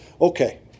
Okay